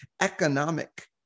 economic